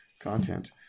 content